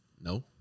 No